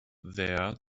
there